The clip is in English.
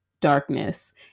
darkness